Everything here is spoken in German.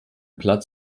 platz